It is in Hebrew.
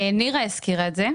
נירה הזכירה את זה,